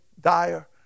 dire